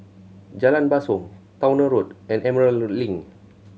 Jalan Basong Towner Road and Emerald Link